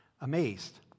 amazed